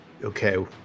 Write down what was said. Okay